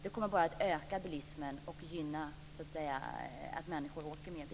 Det kommer bara att öka bilismen och medföra att människor åker mer bil.